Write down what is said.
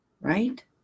right